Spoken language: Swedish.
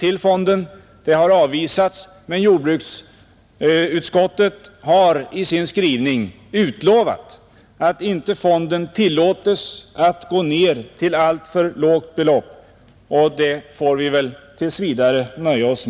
Detta krav har avstyrkts, men jordbruksutskottet har i sin skrivning lovat att fonden inte skall tillåtas gå ned till alltför lågt belopp, och med det får vi tills vidare nöja oss.